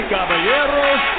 Caballeros